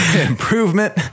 improvement